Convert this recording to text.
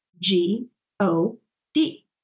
G-O-D